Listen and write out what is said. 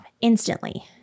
instantly